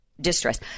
distress